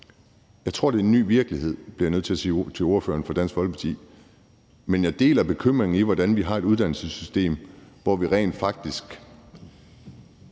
Jeg tror, det er den nye virkelighed, bliver jeg nødt til at sige til ordføreren for Dansk Folkeparti. Men jeg deler bekymringen over, hvordan vi får et uddannelsessystem, hvor vi rent faktisk